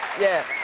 yeah,